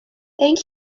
thank